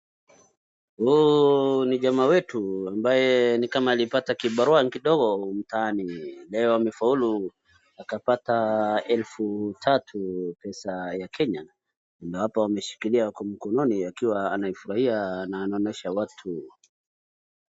Huu ni jamaa wetu ambaye ni kama alipata kibarua kidogo mtaani. Leo amefaulu akapata elfu tatu pesa ya Kenya. Hii hapa ameshikilia kwa mkononi akiwa anaifurahia na anaonesha watu.